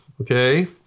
Okay